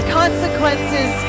consequences